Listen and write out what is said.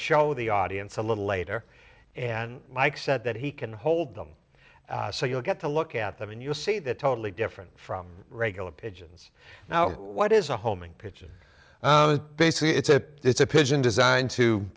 show the audience a little later and mike said that he can hold them so you'll get to look at them and you'll see that totally different from regular pigeons now what is a homing pigeon basically it's a it's a pigeon designed to